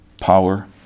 power